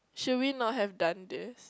should we not have done this